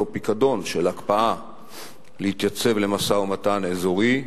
פיקדון של הקפאה להתייצב למשא-ומתן אזורי,